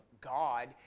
God